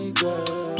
girl